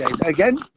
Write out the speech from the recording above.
Again